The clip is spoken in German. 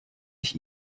ich